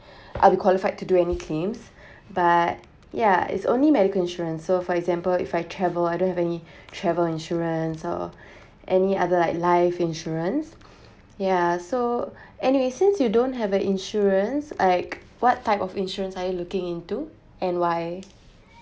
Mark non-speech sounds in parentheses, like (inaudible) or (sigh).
I'll be qualified to do any claims (breath) but ya is only medical insurance so for example if I travel I don't have any (breath) travel insurance or (breath) any other like life insurance (breath) yeah so (breath) and it since you don't have an insurance like what type of insurance are you looking into and why